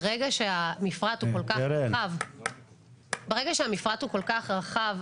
ברגע שהמפרט הוא כל כך רחב,